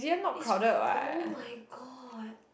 is oh-my-god